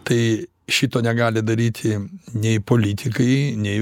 tai šito negali daryti nei politikai nei